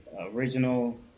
original